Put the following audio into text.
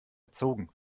erzogen